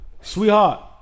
sweetheart